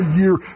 year